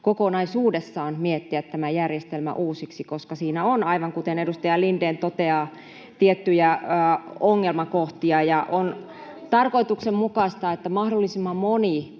kokonaisuudessaan miettiä tämä järjestelmä uusiksi, koska siinä on, aivan kuten edustaja Lindén toteaa, tiettyjä ongelmakohtia, ja on tarkoituksenmukaista, että mahdollisimman moni